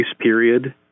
period